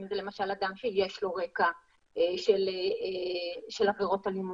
למשל אם זה אדם שיש לו רקע של עבירות אלימות,